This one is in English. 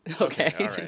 Okay